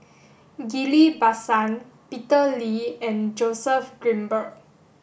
Ghillie Basan Peter Lee and Joseph Grimberg